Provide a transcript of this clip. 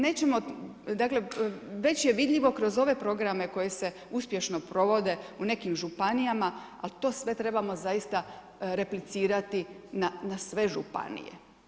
Nećemo, dakle već je vidljivo kroz ove programe koji se uspješno provode u nekim županijama, ali to sve trebamo zaista replicirati na sve županije.